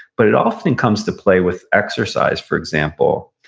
but it often comes to play with exercise, for example.